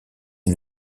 est